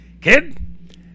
kid